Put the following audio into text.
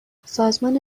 سازمان